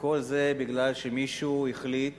כל זה מפני שמישהו החליט